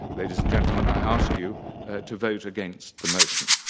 ladies and gentlemen, i ask you to vote against the motion.